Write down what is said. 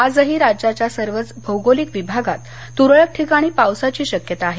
आजही राज्याच्या सर्वच भौगोलिक विभागात तुरळक ठिकाणी पावसाची शक्यता आहे